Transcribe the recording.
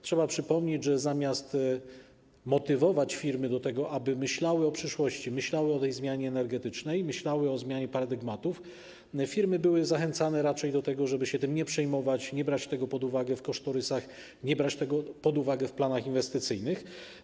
Trzeba przypomnieć, że firmy, zamiast być motywowane do tego, aby myślały o przyszłości, myślały o tej zmianie energetycznej, myślały o zmianie paradygmatów, były zachęcane raczej do tego, żeby tym się nie przejmować, nie brać tego pod uwagę w kosztorysach, nie brać tego pod uwagę w planach inwestycyjnych.